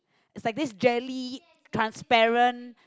is like this jelly transparent